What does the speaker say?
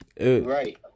Right